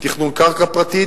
תכנון קרקע פרטית